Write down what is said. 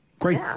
Great